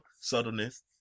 subtleness